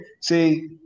See